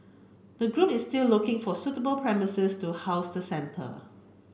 the group is still looking for suitable premises to house the centre